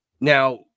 now